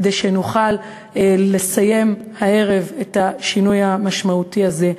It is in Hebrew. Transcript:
כדי שנוכל לסיים הערב עם השינוי המשמעותי הזה,